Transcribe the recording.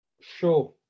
Sure